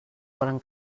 volen